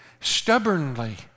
stubbornly